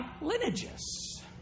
lineages